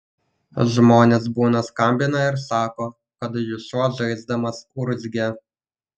žmonės būna skambina ir sako kad jų šuo žaisdamas urzgia